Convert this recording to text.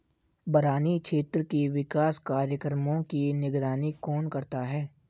बरानी क्षेत्र के विकास कार्यक्रमों की निगरानी कौन करता है?